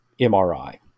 MRI